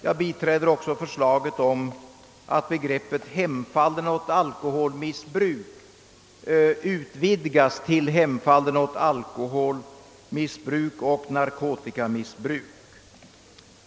Jag biträder också förslaget om att begreppet »hemfallen åt alkoholmissbruk» vidgas till »hemfallen åt alkoholmissbruk och narkotikamissbruk».